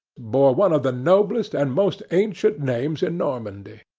bore one of the noblest and most ancient names in normandy.